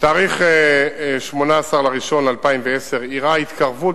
1. בתאריך 18 בנובמבר 2010 אירעה התקרבות